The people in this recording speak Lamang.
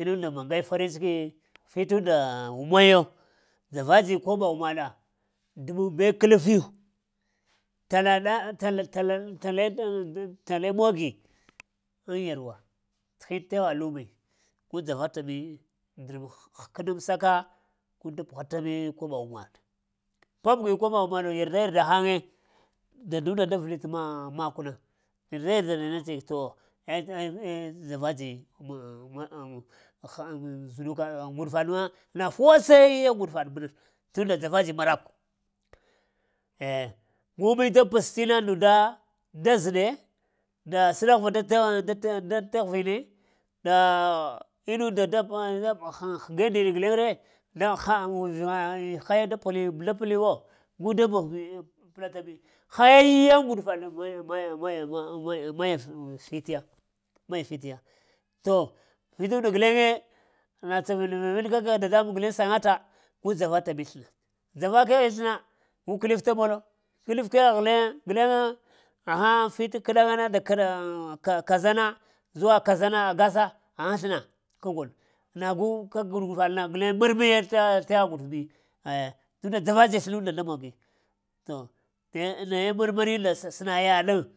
inu nda magai farin ciki fiti unda wuma yo, dzava dzi koɓa wuma ɗa, dəmuŋ be kələf yu talaɗa ŋ tala-tale tale mogi ŋ yarwa t’ hin tewa lumi gu dzava ta mi dərməek həkənamsaka gu da pəhata mi koɓa wuma ɗa, papəhi koɓa wuma ɗa yarda yarda ghaŋe dada unda da vəl t’ makwna yarda yarda ɗe nace to zuɗukaɗ ma na kwatsaiyaa ŋguɗufaɗ ma tunda dzava-dzi marakw, eh gumi da pəs t'ina inu nda da da zəɗe nda səɗaghva da-da-da t'aghvini, nda inu nda da-da ghəge ndeɗe guleŋ re gha? A ivuŋa haye da pli da pl da pli wo gu da ŋ pla ta biwo, haiya ŋguɗu faɗ maya-maya-mayaa fie ya, maya fit ya, to vitu nda guleŋe na tsaleŋ leŋ kag dada muŋ guleŋ saŋga ta gu dzavata mi sləna, dzava kəghi sləna gu kəlif ta molo kəlif kegh le gulen? Han fiti kaɗaŋ ŋa na nda kəɗa ka kaza na zuwa kaza na agasa ahaŋ sləna ka gol na gu ka ŋguɗufaɗ guleŋ mərmari ta we ŋguɗuf mi eh tuŋ nda dzari-dzi slənu nda da mogi to naye marmari unda sa səna yaɗ ŋ